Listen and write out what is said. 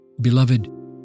Beloved